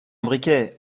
briquet